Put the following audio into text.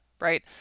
right